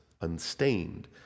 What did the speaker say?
unstained